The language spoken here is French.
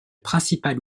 principal